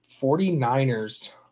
49ers